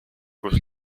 kus